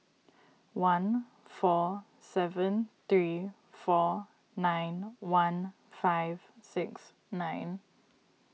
one four seven three four nine one five six nine